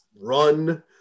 run